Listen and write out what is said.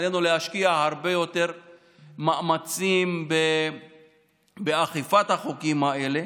עלינו להשקיע הרבה יותר מאמצים באכיפת החוקים האלה.